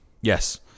Yes